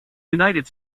united